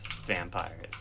vampires